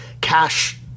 cash